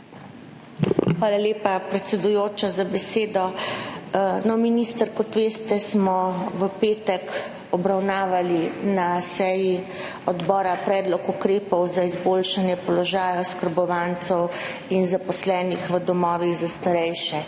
Hvala lepa, predsedujoča, za besedo. Minister, kot veste, smo v petek obravnavali na seji odbora predlog ukrepov za izboljšanje položaja oskrbovancev in zaposlenih v domovih za starejše.